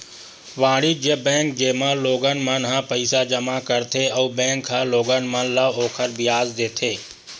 वाणिज्य बेंक, जेमा लोगन मन ह पईसा जमा करथे अउ बेंक ह लोगन मन ल ओखर बियाज देथे